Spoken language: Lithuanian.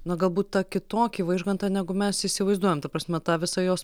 na galbūt tą kitokį vaižgantą negu mes įsivaizduojam ta prasme tą visą jo